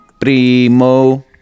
Primo